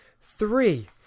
Three